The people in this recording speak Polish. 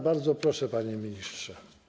Bardzo proszę, panie ministrze.